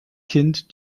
kind